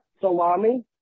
salami